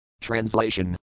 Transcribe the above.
Translation